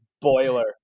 boiler